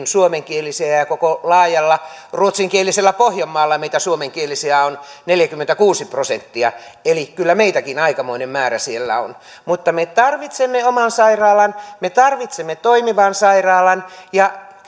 suomenkielisiä ja koko laajalla ruotsinkielisellä pohjanmaalla meitä suomenkielisiä on neljäkymmentäkuusi prosenttia eli kyllä meitäkin aikamoinen määrä siellä on me tarvitsemme oman sairaalan me tarvitsemme toimivan sairaalan ja